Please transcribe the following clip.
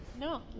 No